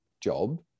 job